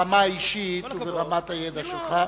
ברמה האישית וברמת הידע שלך,